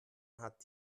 hat